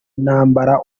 nambara